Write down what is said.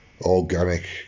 organic